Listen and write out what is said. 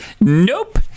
Nope